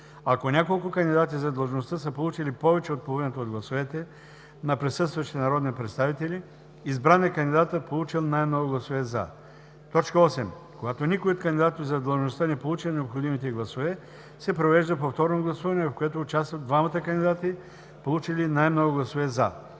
Ако няколко кандидати за длъжността са получили повече от половината от гласовете на присъстващите народни представители, избран е кандидатът, получил най-много гласове „за“. 8. Когато никой от кандидатите за длъжността не получи необходимите гласове, се провежда повторно гласуване, в което участват двамата кандидати, получили най-много гласове „за“.